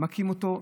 מכים אותו,